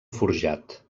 forjat